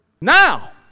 now